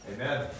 Amen